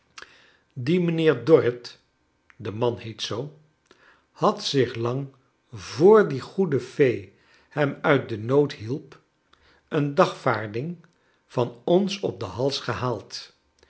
die mijnheer dorrit de man heet zoo had zich lang voor die goede fee hem uit den nood hielp een dagvaarding van ons op den hals gehaald